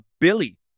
Billy